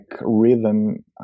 rhythm